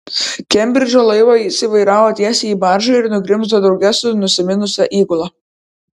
kembridžo laivą jis įvairavo tiesiai į baržą ir nugrimzdo drauge su nusiminusia įgula